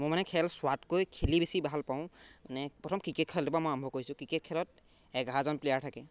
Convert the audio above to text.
মই মানে খেল চোৱাতকৈ খেলি বেছি ভাল পাওঁ মানে প্ৰথম ক্ৰিকেট খেলটোৰ পৰা মই আৰম্ভ কৰিছোঁ ক্ৰিকেট খেলত এঘাৰজন প্লেয়াৰ থাকে